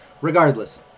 regardless